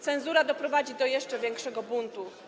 Cenzura doprowadzi do jeszcze większego buntu.